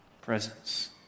presence